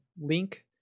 link